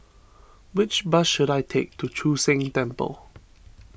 which bus should I take to Chu Sheng Temple